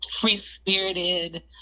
free-spirited